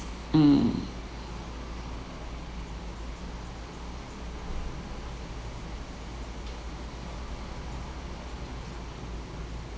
mm